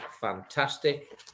fantastic